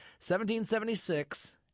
1776